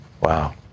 Wow